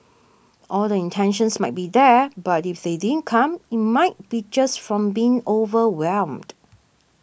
all the intentions might be there but if they didn't come it might be just from being overwhelmed